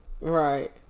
right